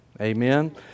Amen